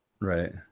Right